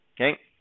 Okay